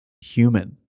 human